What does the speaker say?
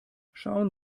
schauen